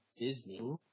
Disney